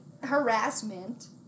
harassment